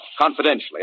Confidentially